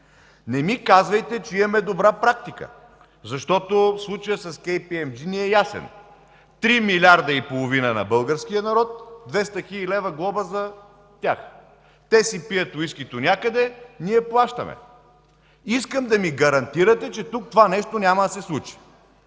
Не ми казвайте, че имаме добра практика. Случаят с „Кей Пи Ем Джи” ни е ясен – 3,5 милиарда на българския народ, 200 хил. лв. глоба за тях. Те си пият уискито някъде, ние плащаме. Искам да ми гарантирате, че тук това нещо няма да се случи.